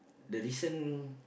the recent